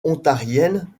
ontarienne